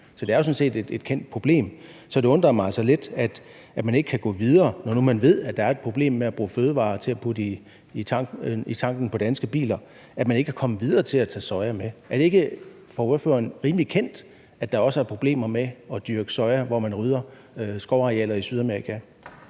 så det er jo sådan set et kendt problem. Så det undrer mig altså lidt, at man ikke kan gå videre, når nu man ved, at der er et problem med at bruge fødevarer til at putte i tanken på danske biler, altså at man ikke er kommet videre i forhold til at tage sojaen med. Er det ikke for ordføreren rimelig kendt, at der også er problemer med at dyrke soja, hvor man rydder skovarealer i Sydamerika?